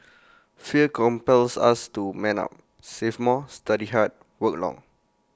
fear compels us to man up save more study hard work long